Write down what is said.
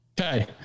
Okay